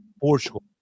Portugal